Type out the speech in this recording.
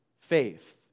faith